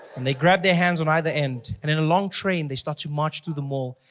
and they grab their hands on either end and in a long train they start to march through the mall.